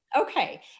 Okay